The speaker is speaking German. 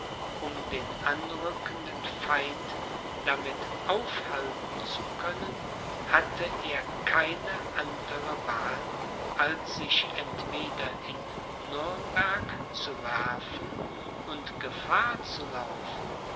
um den anrückenden feind damit aufhalten zu können hatte er keine andere wahl als sich entweder in nürnberg zu werfen und gefahr zu laufen